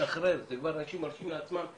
כבר אנשים נותנים לעצמם יותר.